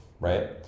right